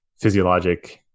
physiologic